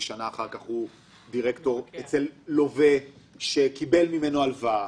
שנה אחר כך הוא דירקטור אצל לווה שקיבל ממנו הלוואה.